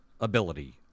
ability